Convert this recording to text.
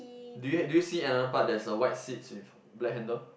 do you do you see another part that's a white seat with black handle